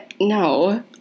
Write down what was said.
No